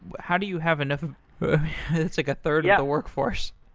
how do you have enough it's like a third of the workforce.